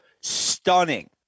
Stunning